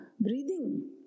breathing